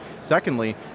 Secondly